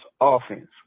offense